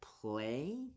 play